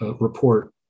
report